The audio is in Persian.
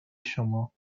شما